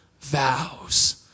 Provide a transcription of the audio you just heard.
vows